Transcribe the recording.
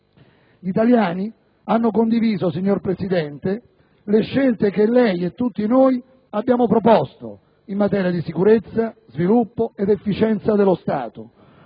Gli italiani hanno condiviso, signor Presidente, le scelte che lei e tutti noi abbiamo proposto in materia di sicurezza, sviluppo ed efficienza dello Stato.